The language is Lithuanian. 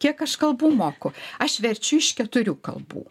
kiek aš kalbų moku aš verčiu iš keturių kalbų